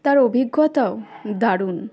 তার অভিজ্ঞতাও দারুণ